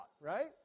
right